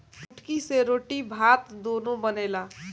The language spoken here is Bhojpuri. कुटकी से रोटी भात दूनो बनेला